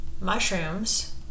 mushrooms